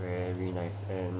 we're really nice